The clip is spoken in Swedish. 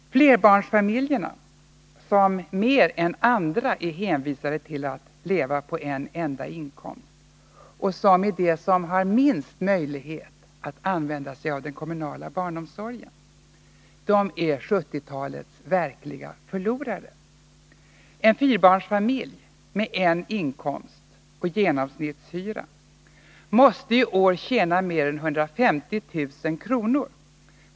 Flerbarnsfamiljerna, som mer än andra är hänvisade till att leva på en enda inkomst och som har minst möjlighet att använda sig av den kommunala barnomsorgen, är 1970-talets verkliga förlorare. En fyrabarnsfamilj med en inkomst och genomsnittshyra måste i år tjäna mer än 150 000 kr.